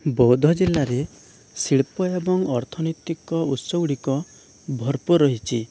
ବୌଦ୍ଧ ଜିଲ୍ଲାରେ ଶିଳ୍ପ ଏବଂ ଅର୍ଥନୈତିକ ଉତ୍ସଗୁଡ଼ିକ ଭରପୁର ରହିଛି